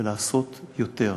ולעשות יותר,